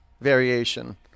variation